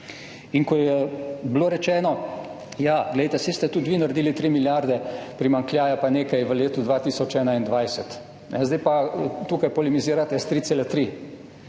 In ko je bilo rečeno ja, glejte, saj ste tudi vi naredili 3 milijarde primanjkljaja pa nekaj v letu 2021, zdaj pa tukaj polemizirate 3,3.